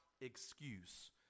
excuse